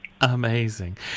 Amazing